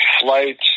flights